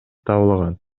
табылган